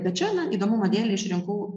bet čia na įdomumo dėlei išrinkau